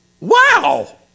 wow